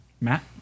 Matt